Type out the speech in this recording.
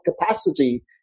capacity